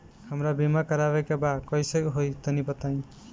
हमरा बीमा करावे के बा कइसे होई तनि बताईं?